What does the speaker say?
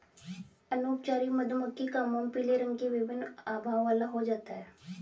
अनुपचारित मधुमक्खी का मोम पीले रंग की विभिन्न आभाओं वाला हो जाता है